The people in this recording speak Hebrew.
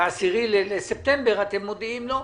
ב-10 בספטמבר, אתם מודיעים לא?